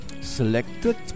selected